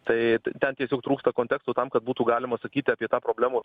tai ten tiesiog trūksta konteksto tam kad būtų galima sakyti apie tą problemos